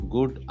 Good